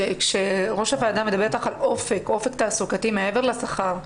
כשראש הוועדה מדבר איתך על אופק תעסוקתי מעבר לשכר,